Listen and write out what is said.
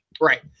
right